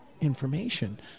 information